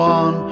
on